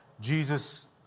Jesus